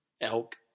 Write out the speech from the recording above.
elk